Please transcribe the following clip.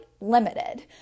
limited